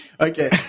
okay